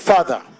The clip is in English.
Father